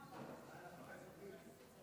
ההצעה להעביר את הנושא